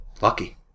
Lucky